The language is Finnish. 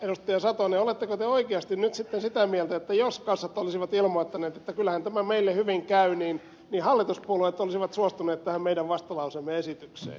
satonen oletteko te oikeasti nyt sitten sitä mieltä että jos kassat olisivat ilmoittaneet että kyllähän tämä meille hyvin käy niin hallituspuolueet olisivat suostuneet tähän meidän vastalauseemme esitykseen